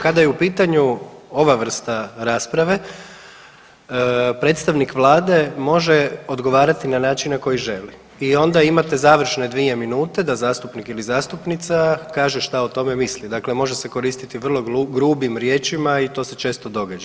Kada je u pitanju ova vrsta rasprave predstavnik Vlade može odgovarati na način na koji želi i onda imate završne dvije minute da zastupnik ili zastupnica kaže šta o tome misli, dakle može se koristiti vrlo grubim riječima i to se često događa.